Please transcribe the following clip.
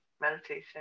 meditation